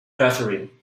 catherine